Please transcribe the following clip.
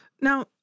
Now